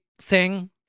sing